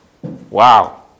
Wow